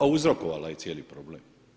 A uzrokovala je cijeli problem.